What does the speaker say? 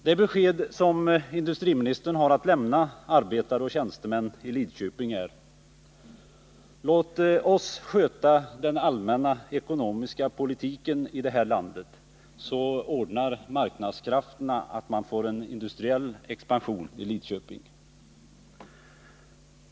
Det besked som industriministern har att lämna arbetare och tjänstemän i Lidköping är: Låt oss sköta den allmänna ekonomiska politiken i det här landet, så ordnar marknadskrafterna att man får en industriell expansion i Lidköping.